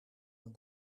een